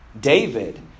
David